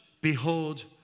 behold